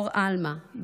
אור עלמה,